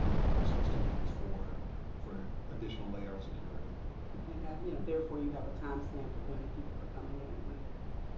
um process to use for for an additional layer of security it has yeah therefore you have a time stamp of when people are coming in and when they're leaving